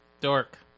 Dork